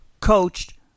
coached